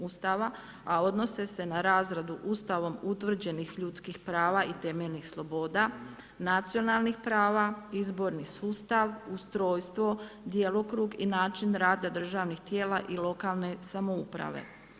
Ustava a odnose se na razradu Ustavom utvrđenih ljudskih prava i temeljnih sloboda, nacionalnih prava, izborni sustav, ustrojstvo, djelokrug i način rada državnih tijela i lokalne samouprave.